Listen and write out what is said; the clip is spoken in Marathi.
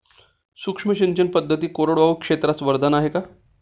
सूक्ष्म सिंचन पद्धती कोरडवाहू क्षेत्रास वरदान आहे का?